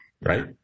Right